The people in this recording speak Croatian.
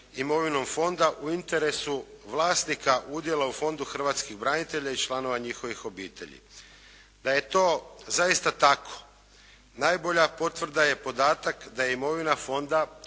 imovinom fonda u interesu vlasnika udjela u Fondu hrvatskih branitelja i članova njihovih obitelji. Da je to zaista tako najbolja potvrda je podatak da je imovina fonda